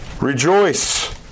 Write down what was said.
rejoice